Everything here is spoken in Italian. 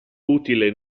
utile